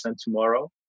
tomorrow